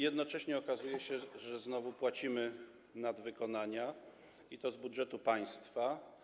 Jednocześnie okazuje się, że znowu płacimy za nadwykonania, i to z budżetu państwa.